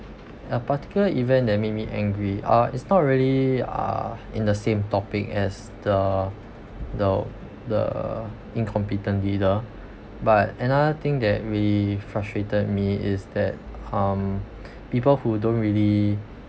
a particular event that make me angry uh is not really uh in the same topic as the the the incompetent leader but another thing that frustrated me is that um people who don't really